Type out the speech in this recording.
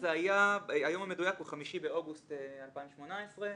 היום המדויק הוא 5 באוגוסט 2018,